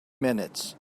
minutes